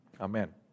Amen